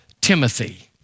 Timothy